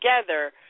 together